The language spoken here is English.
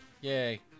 Yay